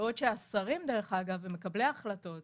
בעוד שהשרים ומקבלי ההחלטות